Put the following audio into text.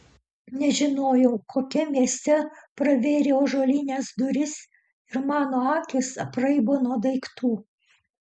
nežinojau kokiam mieste pravėriau ąžuolines duris ir mano akys apraibo nuo daiktų